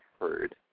heard